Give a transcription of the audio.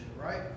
right